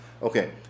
Okay